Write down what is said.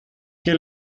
que